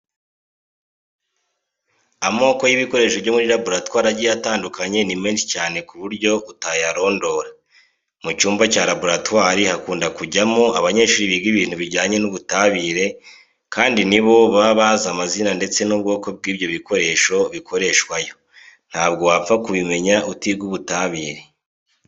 Amoko y'ibikoresho byo muri raboratwari agiye atandukanye ni menshi cyane ku buryo utayarondora. Mu cyumba cya raboratwari hakunda kujyamo abanyeshuri biga ibintu bijyanye n'ubutabire kandi ni bo baba bazi amazina ndetse n'ubwoko bw'ibyo bikoresho bikoreshwayo. Ntabwo wapfa kubimenya utiga ubutabire.